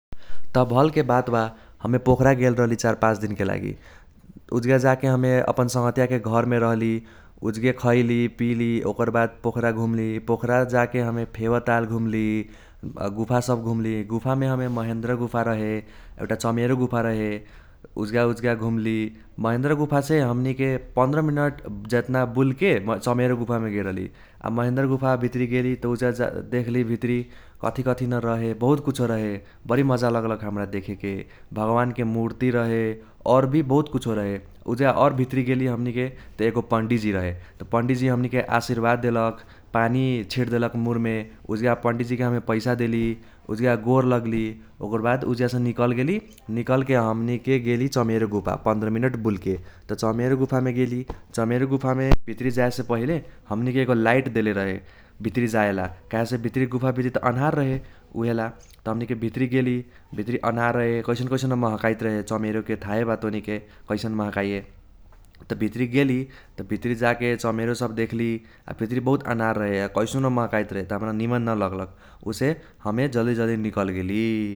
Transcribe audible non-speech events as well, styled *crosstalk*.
त भलके बात बा। हमे पोखरा गेल रहली चार पाच दिनके लागि। उजगा जाके हमे अपन संगहतियाके घरमे रहली। उजगे खैली पीली ओकर बाद पोखरा घुमली। पोखरा जाके हमे फेवा ताल घुमली गुफा सब घुमली। गुफामे महेंद्र गुफा रहे एउटा चमेरो गुफा रहे उजगा उजगा घुमली। महेंद्र गुफासे हमनीके पंद्र मिनट जेतना बुलके चमेरो गुफामे गेल रहली। आ महेंद्र गुफा भित्री गेली त उजगा देखली भित्री कथी कथी न रहे बहुत कुछों रहे। बरी मजा लगलक हमरा देखेके। भगवानके मूर्ति रहे और भी बहुत कुछो रहे। उजगा और भित्री गेली हमनीके त एगो पंडी जि रहे। त पंडी जि हमनीके आशीर्वाद देलक पानी छिटदेलक मुरमे। उजगा पंडी जि के हमे पैसा देली। उजगा गोर लगली। ओकर बाद उजगासे नीकल गेली निलकके हमनीके गेली चमेरो गुफा पंद्र मिनट बुलके। त चमेरो गुफामे गेली। चमेरो गुफामे *noise* भित्री जाएसे पहिले हमनीके एगो लाइट देले रहे भित्री जाएला काहेसे भित्री गुफा भित्री त अन्हार रहे उहेला। त हमनीके भित्री गेली भित्री अन्हार रहे कैसन कैसन न महकाइत रहे चमेरोके थाहे बा तोनिके कैसन महकाइए। त भित्री गेली त भित्री जाके चमेरो सब देखली आ भित्री बहुत अन्हार रहे आ कैसनो न महकाइत रहे त हमरा निमन न लगलक। ओहिसे हम जल्दी जल्दी नीकल गेली।